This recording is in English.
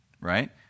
right